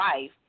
life